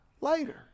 later